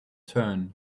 turn